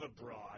abroad